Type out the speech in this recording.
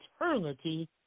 eternity